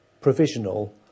provisional